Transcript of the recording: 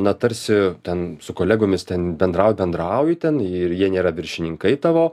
na tarsi ten su kolegomis ten bendraut bendrauji ten ir jie nėra viršininkai tavo